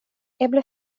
eble